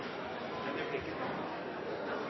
Den